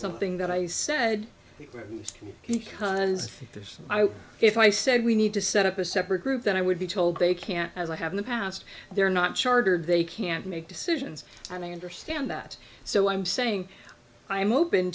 something that i said because he because this if i said we need to set up a separate group then i would be told they can't as i have in the past they're not chartered they can't make decisions and i understand that so i'm saying i'm open